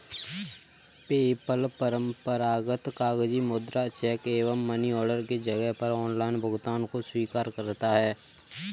PayPal परंपरागत कागजी मुद्रा, चेक एवं मनी ऑर्डर के जगह पर ऑनलाइन भुगतान को स्वीकार करता है